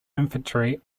inventory